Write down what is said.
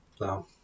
no